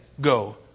go